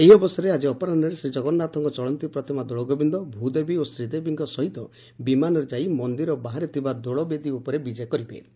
ଏହି ଅବସରରେ ଆଜି ଅପରାହ୍ରେ ଶ୍ରୀଜଗନ୍ନାଥଙ୍କ ଚଳନ୍ତୀ ପ୍ରତିମା ଦୋଳଗୋବିନ୍ଦ ଭ୍ଦେବୀ ଓ ଶ୍ରୀଦେବୀଙ୍କ ସହିତ ବିମାନରେ ଯାଇ ମନ୍ଦିର ବାହାରେ ଥିବା ଦୋଳବେଦୀ ଉପରେ ବିଜେ କରିବେ